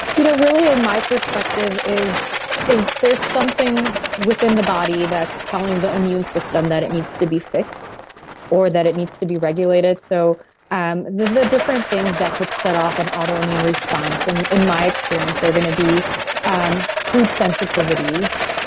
you know really, ah my perspective is is there's something within the body that's telling the immune system that it needs to be fixed or that it needs to be regulated. so um the the different things that could set off an autoimmune response, and in my experience, they're going to be um food sensitivities,